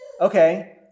Okay